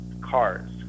cars